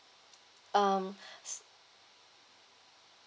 um